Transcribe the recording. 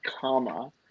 comma